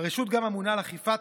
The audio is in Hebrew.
הרשות גם אמונה על אכיפה